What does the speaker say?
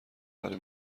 برای